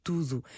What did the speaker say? tudo